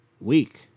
week